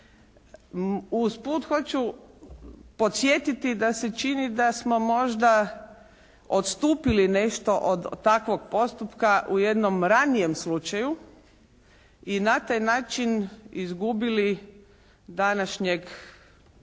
usput hoću podsjetiti da se čini da smo možda odstupili nešto od takvog postupka u jednom ranijem slučaju i na taj način izgubili današnjeg doduše